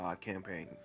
campaign